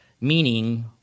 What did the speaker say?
meaning